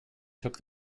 took